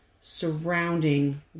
surrounding